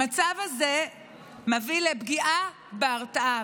המצב הזה מביא לפגיעה בהרתעה,